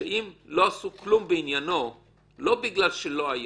שאם לא עשו כלום בעניינו לא בגלל שלא היה,